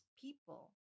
people